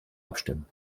abstimmen